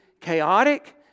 chaotic